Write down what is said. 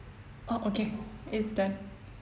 oh okay it's done